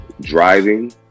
Driving